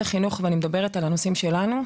החינוך ואני מדברת על הנושאים שקשורים בנו.